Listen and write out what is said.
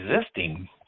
existing